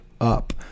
up